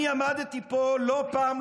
אני עמדתי פה לא פעם,